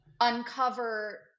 uncover